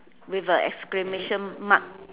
with a exclamation mark